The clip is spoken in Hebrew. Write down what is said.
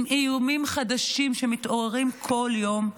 עם איומים חדשים שמתעוררים כל יום,